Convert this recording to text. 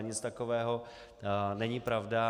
Nic takového není pravda.